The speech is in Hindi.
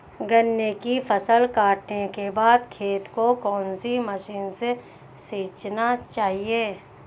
गन्ने की फसल काटने के बाद खेत को कौन सी मशीन से सींचना चाहिये?